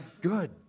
good